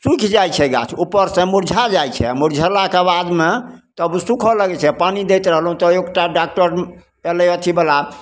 सुखि जाइ छै गाछ उपरसे मुरझा जाइ छै आओर मुरझेलाके बादमे तब ओ सुखऽ लागै छै पानी दैत रहलहुँ तऽ एकटा डॉकटर अएलै एथीवला